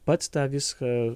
pats tą viską